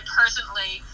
personally